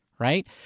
Right